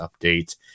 update